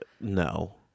no